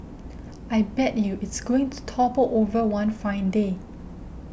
I bet you it's going to topple over one fine day